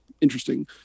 interesting